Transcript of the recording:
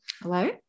Hello